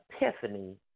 Epiphany